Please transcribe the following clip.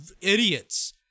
idiots